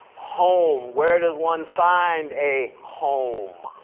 home, where does one find a home?